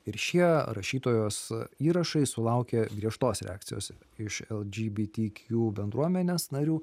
ir šie rašytojos įrašai sulaukė griežtos reakcijos iš lgbtq bendruomenės narių